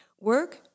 work